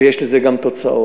ויש לזה גם תוצאות.